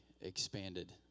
expanded